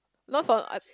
lots of uh